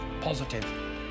positive